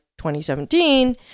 2017